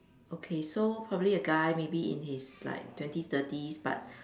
okay so probably a guy maybe in his like twenties thirties but